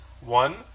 One